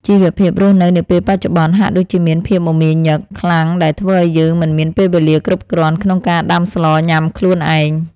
ជីវភាពរស់នៅនាពេលបច្ចុប្បន្នហាក់ដូចជាមានភាពមមាញឹកខ្លាំងដែលធ្វើឱ្យយើងមិនមានពេលវេលាគ្រប់គ្រាន់ក្នុងការដាំស្លញ៉ាំខ្លួនឯង។